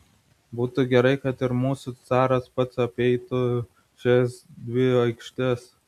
būtų gerai kad ir mūsų caras pats apeitų šias dvi aikštes